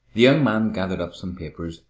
the young man gathered up some papers,